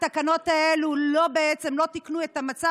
התקנות האלה בעצם לא תיקנו את המצב.